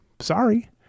sorry